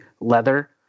leather